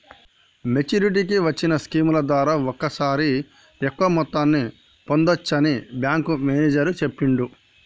మెచ్చురిటీకి వచ్చిన స్కీముల ద్వారా ఒకేసారి ఎక్కువ మొత్తాన్ని పొందచ్చని బ్యేంకు మేనేజరు చెప్పిండు